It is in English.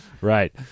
Right